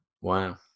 Wow